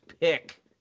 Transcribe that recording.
pick